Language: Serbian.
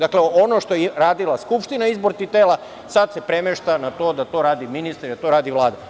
Dakle, ono što je radila Skupština, izbor tih tela, sada se premešta na to da to radi ministar i da to radi Vlada.